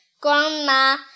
grandma